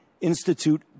Institute